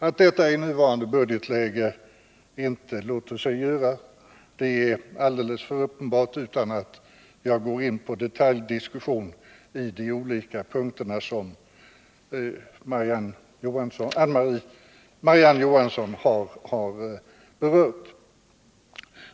Att detta i nuvarande läge inte låter sig göra är alldeles för uppenbart för att jag skall behöva gå in på en detaljgranskning av de olika punkter som Marie-Ann Johansson har berört.